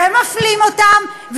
ומפלים אותם,